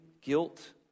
guilt